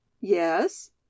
Yes